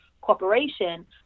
corporation